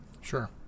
Sure